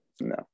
no